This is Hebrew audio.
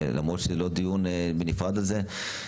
למרות שלא דיון בנפרד על זה.